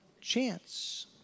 Chance